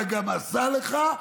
וגם עשה לך.